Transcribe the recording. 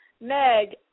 Meg